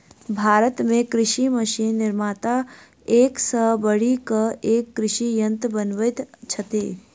भारत मे कृषि मशीन निर्माता एक सॅ बढ़ि क एक कृषि यंत्र बनबैत छथि